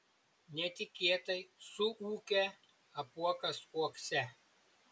netikėtai suūkia apuokas uokse